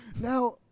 Now